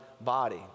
body